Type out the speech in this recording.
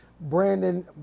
Brandon